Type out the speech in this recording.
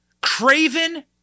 craven